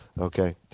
okay